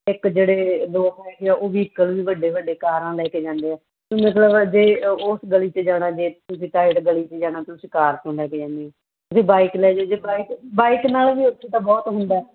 ਇੱਕ ਜਿਹੜੇ ਲੋਕ ਹੈਗੇ ਆ ਉਹ ਵੀਹਕਲ ਵੀ ਵੱਡੇ ਵੱਡੇ ਕਾਰਾਂ ਲੈ ਕੇ ਜਾਂਦੇ ਆ ਵੀ ਮਤਲਬ ਜੇ ਉਸ ਗਲੀ 'ਚ ਜਾਣਾ ਜੇ ਤੁਸੀਂ ਟਾਈਟ ਗਲੀ 'ਚ ਜਾਣਾ ਤੁਸੀਂ ਕਾਰ ਕਿਉਂ ਲੈ ਕੇ ਜਾਂਦੇ ਹੋ ਵੀ ਬਾਈਕ ਲੈ ਜਾਉ ਜੇ ਬਾਈਕ ਬਾਈਕ ਨਾਲ ਵੀ ਉੱਥੇ ਤਾਂ ਬਹੁਤ ਹੁੰਦਾ